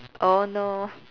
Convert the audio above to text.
oh no